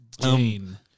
Jane